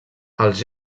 els